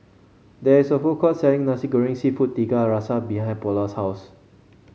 there is a food court selling Nasi Goreng seafood Tiga Rasa behind Paola's house